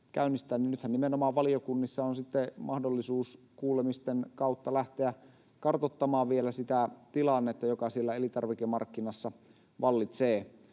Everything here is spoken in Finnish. niin nythän nimenomaan valiokunnissa on sitten mahdollisuus kuulemisten kautta lähteä kartoittamaan vielä sitä tilannetta, joka siellä elintarvikemarkkinassa vallitsee.